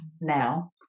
now